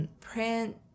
print